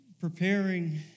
preparing